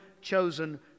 chosen